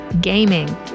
gaming